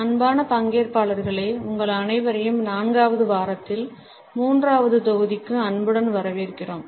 அன்பான பங்கேற்பாளர்களே உங்கள் அனைவரையும் நான்காவது வாரத்தில் 3 வது தொகுதிக்கு அன்புடன் வரவேற்கிறோம்